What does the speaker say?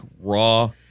raw